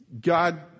God